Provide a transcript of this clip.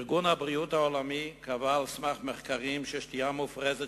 ארגון הבריאות העולמי קבע על סמך מחקרים ששתייה מופרזת